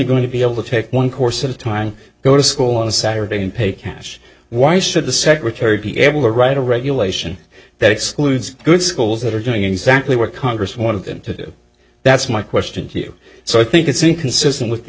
going to be able to take one course at a time go to school on a saturday and pay cash why should the secretary be able to write a regulation that excludes good schools that are doing exactly what congress one of them to do that's my question to you so i think it's inconsistent with